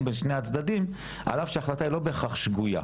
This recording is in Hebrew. בין שני הצדדים על אף שההחלטה היא לא בהכרח שגוייה.